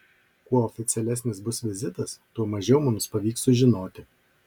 kuo oficialesnis bus vizitas tuo mažiau mums pavyks sužinoti